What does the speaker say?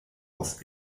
aus